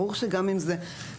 ברור שגם אם זה בעקיפין,